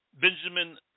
Benjamin